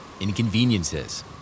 inconveniences